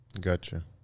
Gotcha